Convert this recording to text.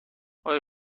آیا